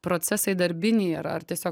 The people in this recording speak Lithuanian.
procesai darbiniai ar ar tiesiog